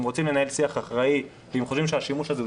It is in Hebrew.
אם רוצים לנהל שיח אחראי ואם חושבים שהשימוש הזה הוא